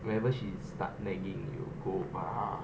whenever she start nagging you go a'ah